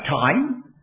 time